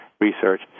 research